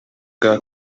bwa